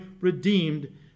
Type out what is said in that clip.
redeemed